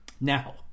Now